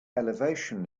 elevation